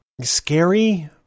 scary